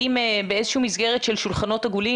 האם באיזה שהיא מסגרת של שולחנות עגולים